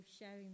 sharing